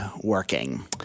working